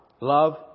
love